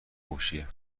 هوشیه